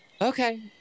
Okay